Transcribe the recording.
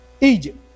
Egypt